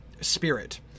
spirit